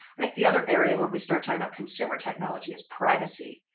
i think the other area when we start talking about consumer technology is privacy.